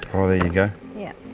oh there you go. yep.